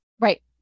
Right